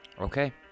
okay